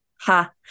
Ha